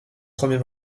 premier